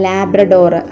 Labrador